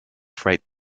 freight